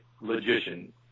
logician